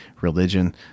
religion